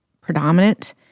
predominant